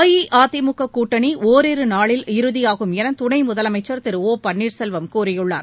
அஇஅதிமுக கூட்டணி ஒரிரு நாளில் இறுதியாகும் என துணை முதலமைச்சர் திரு ஒ பன்னீர்செல்வம் கூறியுள்ளார்